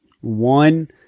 One